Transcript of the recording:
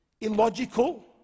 illogical